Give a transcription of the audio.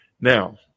Now